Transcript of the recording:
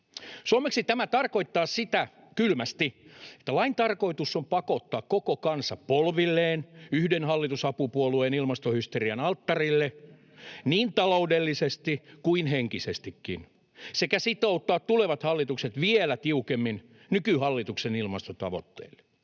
Suomeksi tämä tarkoittaa kylmästi sitä, että lain tarkoitus on pakottaa koko kansa polvilleen yhden hallitusapupuolueen ilmastohysterian alttarille niin taloudellisesti kuin henkisestikin sekä sitouttaa tulevat hallitukset vielä tiukemmin nykyhallituksen ilmastotavoitteisiin.